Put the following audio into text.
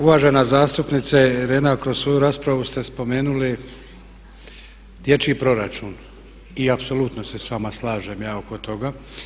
Uvažena zastupnice Irena, kroz svoju raspravu ste spomenuli dječji proračun i apsolutno se sa vama slažem ja oko toga.